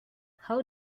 how